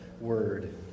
word